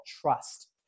trust